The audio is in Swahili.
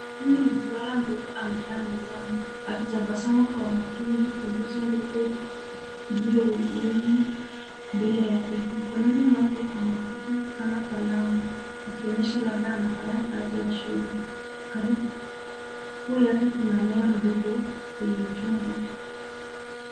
Huyu ni mvulana mdogo amekaa mezani akitabasamu kwa makini kompyuta ndogo ikiwemo mbele yake, mkononi mwake anakitu kama kalamu akionyesha labda anfanya kazi ya shule, karibu yake kuna mmea mdogo kwenye chungu.